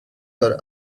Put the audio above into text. her